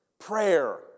Prayer